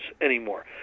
anymore